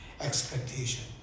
expectation